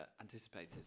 anticipated